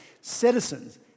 Citizens